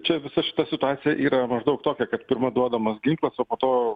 čia visa šita situacija yra maždaug tokia kad pirma duodamas ginklas o po to